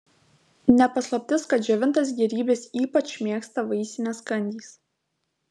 ne paslaptis kad džiovintas gėrybes ypač mėgsta vaisinės kandys